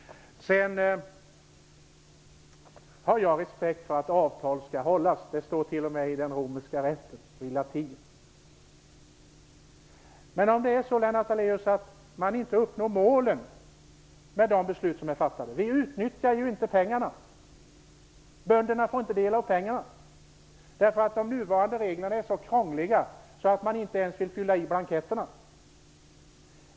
Jag har respekt för att avtal skall hållas. Det står t.o.m. i den romerska rätten på latin. Men vi utnyttjar ju inte pengarna och bönderna får inte del av dem därför att de nuvarande reglerna är så krångliga att man inte ens vill fylla i blanketterna.